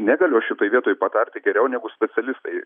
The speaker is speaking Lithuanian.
negaliu aš šitoj vietoj patarti geriau negu specialistai